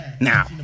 Now